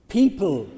people